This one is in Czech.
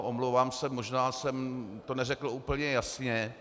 Omlouvám se, možná jsem to neřekl úplně jasně.